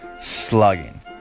slugging